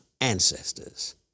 ancestors